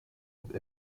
with